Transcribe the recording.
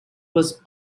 was